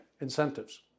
incentives